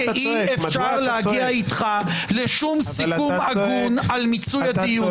כי אי-אפשר להגיע איתך לשום סיכום הגון על מיצוי הדיון.